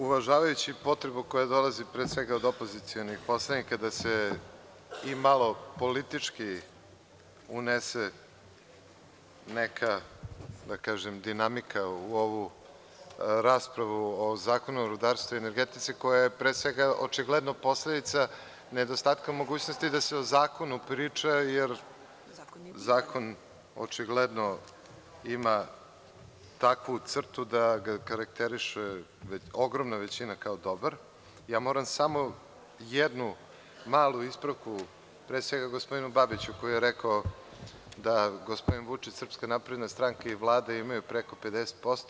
Uvažavajući potrebu, koja dolazi pre svega od opozicionih poslanika, da se malo i politički unese neka dinamika u ovu raspravu o Zakonu o rudarstvu i energetici, koja je pre svega očigledno posledica nedostatka mogućnosti da se o zakonu priča jer zakon očigledno ima takvu crtu da ga karakteriše ogromna većina kao dobar, ja moram samo jednu malu ispravu, pre svega gospodinu Babiću, koji je rekao da gospodin Vučić, SNS i Vlada imaju preko 50%